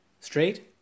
straight